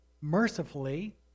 mercifully